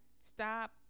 stop